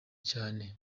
cyane